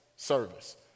service